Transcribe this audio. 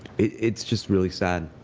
it's just really sad.